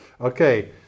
Okay